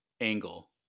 angle